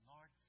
Lord